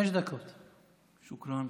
שוכרן.